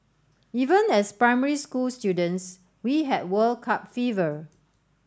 even as primary school students we had World Cup fever